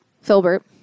Filbert